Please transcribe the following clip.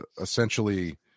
essentially